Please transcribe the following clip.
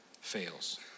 fails